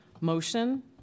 motion